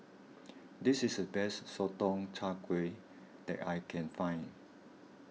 this is the best Sotong Char Kway that I can find